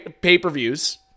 pay-per-views